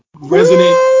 resident